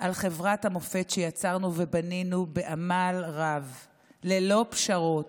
על חברת המופת שיצרנו ובנינו בעמל רב ללא פשרות.